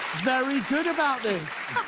very good about this.